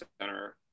Center